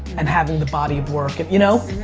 and having the body of work, you know?